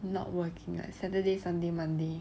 not working like saturday sunday monday